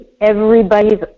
everybody's